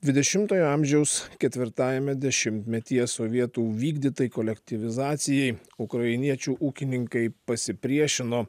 dvidešimtojo amžiaus ketvirtajame dešimtmetyje sovietų įvykdytai kolektyvizacijai ukrainiečių ūkininkai pasipriešino